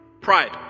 pride